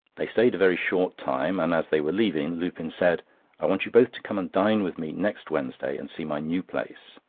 they stayed a very short time, and as they were leaving, lupin said i want you both to come and dine with me next wednesday, and see my new place.